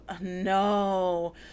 no